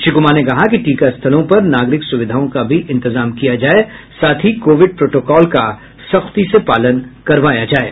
श्री कुमार ने कहा कि टीका स्थलों पर नागरिक सुविधाओं का भी इंतजाम किया जाये साथ ही कोविड प्रोटोकॉल का सख्ती से पालन करवाया जाये